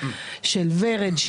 של ורד,